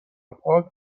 پاک